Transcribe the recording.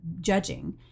judging